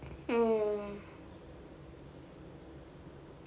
mm